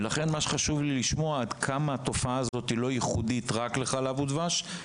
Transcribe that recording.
לכן חשוב לי לשמוע עד כמה התופעה הזאת היא לא ייחודית רק ל- ׳חלב ודבש׳,